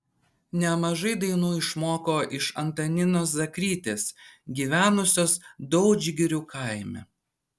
nemažai dainų išmoko iš antaninos zakrytės gyvenusios daudžgirių kaime